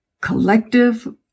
collective